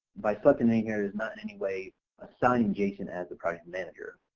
by selecting here is not in anyway assigning jason as the project manager,